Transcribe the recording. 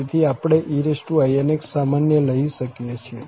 તેથી આપણે einx સામાન્ય લઈ શકીએ છીએ